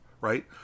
right